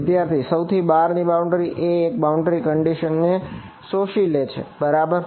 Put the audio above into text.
વિદ્યાર્થી સૌથી બહારની બાઉન્ડ્રી ને શોષી લે છે બરબાર